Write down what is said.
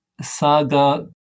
saga